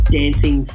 dancing